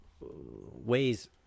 ways